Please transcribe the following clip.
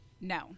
no